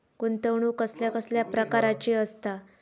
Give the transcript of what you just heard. गुंतवणूक कसल्या कसल्या प्रकाराची असता?